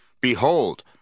Behold